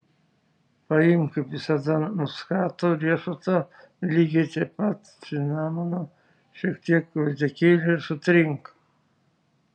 paimk kaip visada muskato riešutą lygiai tiek pat cinamono šiek tiek gvazdikėlio ir sutrink